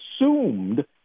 assumed